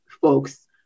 folks